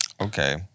Okay